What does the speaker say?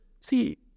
see